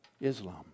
Islam